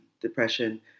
depression